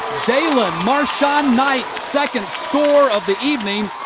marson-knight second score of the evening.